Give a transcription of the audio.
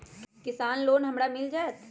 किसान लोन हमरा मिल जायत?